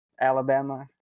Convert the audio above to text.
Alabama